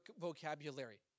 vocabulary